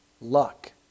luck